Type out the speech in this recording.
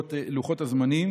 בעקבות לוחות הזמנים.